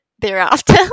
thereafter